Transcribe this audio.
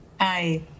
Hi